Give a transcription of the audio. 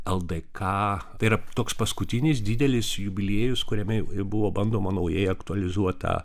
ldk tai yra toks paskutinis didelis jubiliejus kuriame buvo bandoma naujai aktualizuot tą